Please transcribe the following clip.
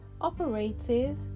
operative